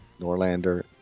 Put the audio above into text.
Norlander